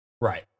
Right